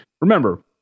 Remember